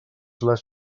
les